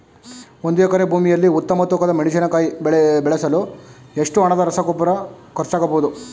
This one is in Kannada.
ಒಂದು ಎಕರೆ ಭೂಮಿಯಲ್ಲಿ ಉತ್ತಮ ತೂಕದ ಮೆಣಸಿನಕಾಯಿ ಬೆಳೆಸಲು ಎಷ್ಟು ಹಣದ ರಸಗೊಬ್ಬರ ಖರ್ಚಾಗಬಹುದು?